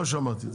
לא שמעתי.